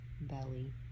belly